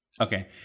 Okay